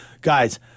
guys